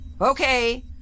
Okay